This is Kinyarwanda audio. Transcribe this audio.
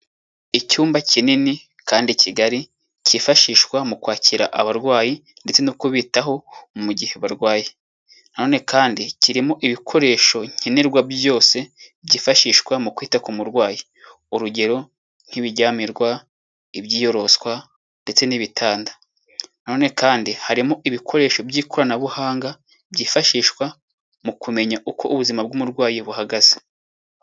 Icyumba kinini kandi kigari kifashishwa mu kwakira abarwayi ndetse no kubitaho mu gihe barwaye nanone kandi kirimo ibikoresho nkenerwa byose byifashishwa mu kwita ku murwayi urugero nk'ibiryamirwa, ibyiyoroswa ndetse n'ibitanda nanone kandi harimo ibikoresho by'ikoranabuhanga byifashishwa mu kumenya uko ubuzima bw'umurwayi buhagaze.